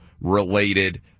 related